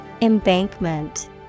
Embankment